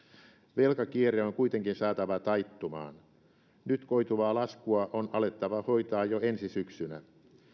velkakierre on kuitenkin saatava taittumaan nyt koituvaa laskua on alettava hoitaa jo ensi syksynä